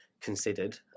Considered